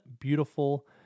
beautiful